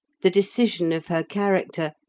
the decision of her character,